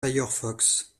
firefox